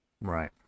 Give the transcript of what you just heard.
Right